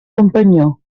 companyó